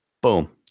Boom